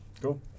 Cool